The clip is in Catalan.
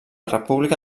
república